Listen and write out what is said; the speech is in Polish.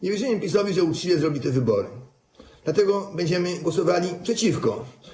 Nie wierzymy PiS-owi, że uczciwie zrobi te wybory, dlatego będziemy głosowali przeciw.